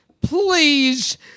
please